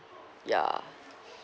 ya